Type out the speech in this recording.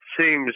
seems